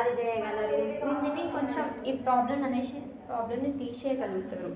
అది చేయగలరు దీనిని కొంచెం ఈ ప్రాబ్లంని అనేసి ఈ ప్రాబ్లంని తీసేయగలుగుతారు